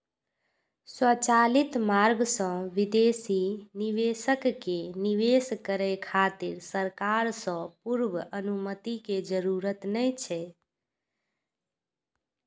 स्वचालित मार्ग सं विदेशी निवेशक कें निवेश करै खातिर सरकार सं पूर्व अनुमति के जरूरत नै छै